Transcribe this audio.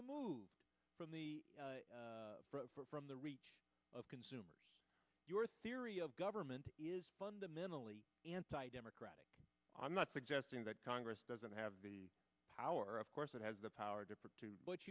removed from the from the reach of consumers your theory of government is fundamentally anti democratic i'm not suggesting that congress doesn't have the power of course it has the power different to